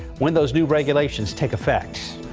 when those new regulations take effect.